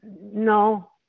No